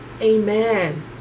amen